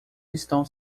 estão